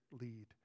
lead